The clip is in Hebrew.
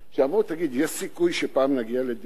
אמרו: תגיד, יש סיכוי שפעם נגיע לדירה?